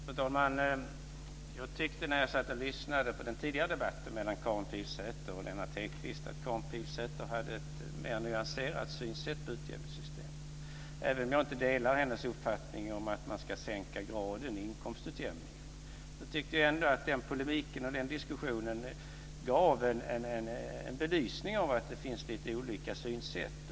Fru talman! Jag tyckte när jag satt och lyssnade på den tidigare debatten mellan Karin Pilsäter och Lennart Hedquist att Karin Pilsäter hade ett mer nyanserat synsätt på utjämningssystemet. Även om jag inte delar hennes uppfattning om att man ska sänka graden i inkomstutjämningen så tyckte jag ändå att polemiken och diskussionen gav en belysning av att det finns lite olika synsätt.